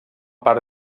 part